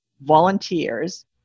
volunteers